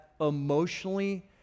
emotionally